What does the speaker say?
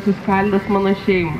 suskaldęs mano šeimą